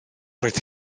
roedd